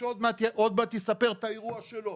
שעוד מעט יספר את האירוע שלו.